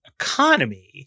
economy